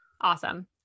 Awesome